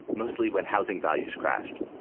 mostly when housing values crashed.